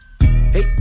Hey